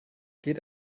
geht